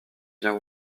vient